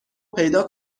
پیدا